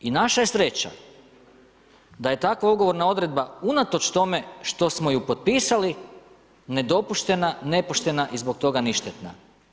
I naša je sreća da je takva ugovorna odredba unatoč tome što smo ju potpisali nedopuštena, nepoštena i zbog toga ništetna.